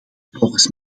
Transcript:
volgens